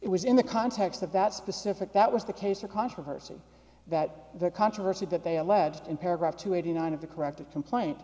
it was in the context of that specific that was the case or controversy that the controversy that they alleged in paragraph two eighty nine of the corrective complaint